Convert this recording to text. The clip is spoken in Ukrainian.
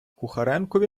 кухаренкові